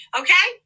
okay